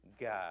God